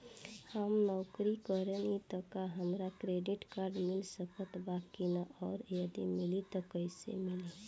हम नौकरी करेनी त का हमरा क्रेडिट कार्ड मिल सकत बा की न और यदि मिली त कैसे मिली?